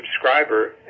subscriber